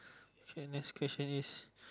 okay next question is